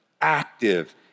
active